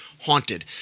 haunted